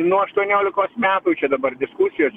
nuo aštuoniolikos metų čia dabar diskusijos